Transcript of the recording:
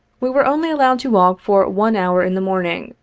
we were only allowed to walk for one hour in the morning,